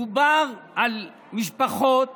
מדובר על משפחות